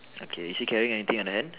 okay so you're carrying anything on the hand